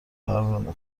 پروانه